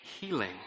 healing